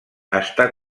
està